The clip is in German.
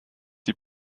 die